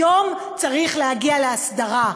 היום צריך להגיע להסדרה.